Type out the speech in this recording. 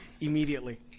immediately